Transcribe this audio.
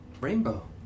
Rainbow